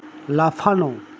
লাফানো